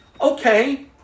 okay